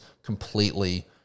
completely